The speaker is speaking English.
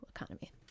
economy